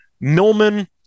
Milman